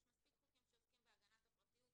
יש מספיק חוקים שעוסקים בהגנת הפרטיות.